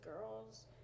girls